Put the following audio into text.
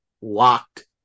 locked